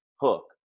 hook